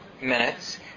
minutes